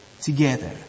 together